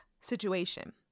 situation